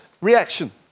Reaction